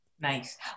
Nice